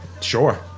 Sure